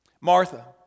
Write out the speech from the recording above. Martha